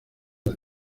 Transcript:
las